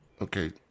okay